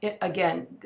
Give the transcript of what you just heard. again